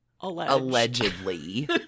Allegedly